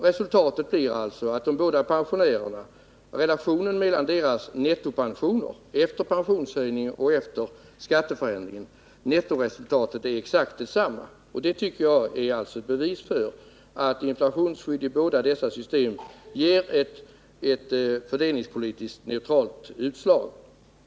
Resultatet blir alltså att relationen mellan de båda pensionärernas nettopensioner efter pensionshöjning och skatteförändring är exakt densamma. Detta tycker jag är ett bevis för att inflationsskydd i båda dessa system ger ett fördelningspolitiskt neutralt utslag.